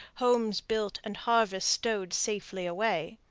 homes built and harvests stowed safely away.